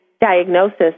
diagnosis